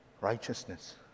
righteousness